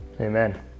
Amen